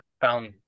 found